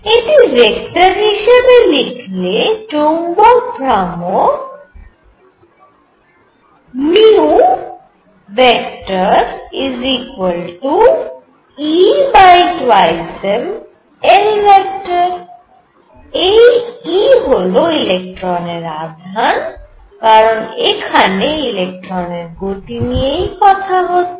এটি ভেক্টর হিসেবে লিখলে চৌম্বক ভ্রামক e2ml এই e হল ইলেকট্রনের আধান কারণ এখানে ইলেকট্রনের গতি নিয়েই কথা হচ্ছে